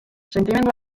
sentimendu